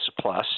plus